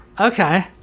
Okay